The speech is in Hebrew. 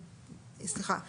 לטיפול); (3)משרד הבריאות,